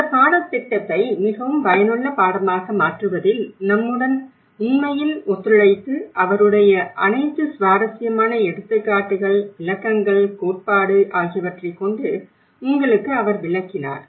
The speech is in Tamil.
இந்த பாடத்திட்டத்தை மிகவும் பயனுள்ள பாடமாக மாற்றுவதில் நம்முடன் உண்மையில் ஒத்துழைத்து அவருடைய அனைத்து சுவாரஸ்யமான எடுத்துக்காட்டுகள் விளக்கங்கள் கோட்பாட்டு ஆகியவற்றைக் கொண்டு உங்களுக்கு அவர் விளக்கினார்